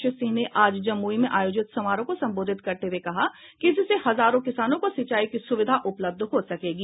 श्री सिंह ने आज जमुई में आयोजित समारोह को संबोधित करते हुए कहा कि इससे हजारो किसानों को सिचाई की सुविधा उपलब्ध हो सकेगी